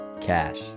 Cash